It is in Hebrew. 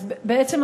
בעצם,